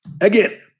Again